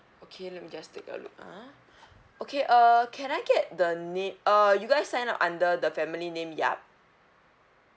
okay let me just take a look ah okay uh can I get the name uh you guys sign up under the family name yap